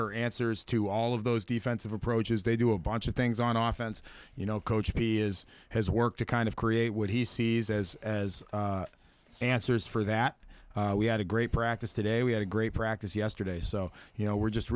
are answers to all of those defensive approaches they do a bunch of things on off and you know coach he is has work to kind of create what he sees as as answers for that we had a great practice today we had a great practice yesterday so you know we're just